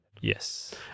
Yes